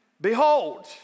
Behold